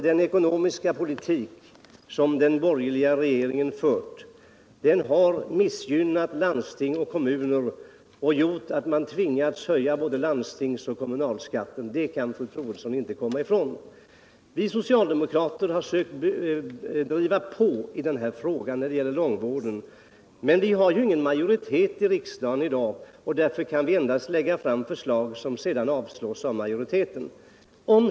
Den ekonomiska politik som den borgerliga regeringen fört har missgynnat landsting och kommuner och gjort att man tvingats höja både landstingsoch kommunalskatten. Det kan fru Troedsson inte komma ifrån. Vi socialdemokrater har försökt driva på när det gäller långtidssjukvården. Men eftersom vi i dag inte har någon majoritet i riksdagen kan vi endast lägga fram förslag som sedan avslås av majoriteten.